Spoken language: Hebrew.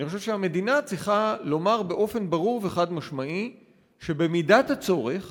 אני חושב שהמדינה צריכה לומר באופן ברור וחד-משמעי שבמידת הצורך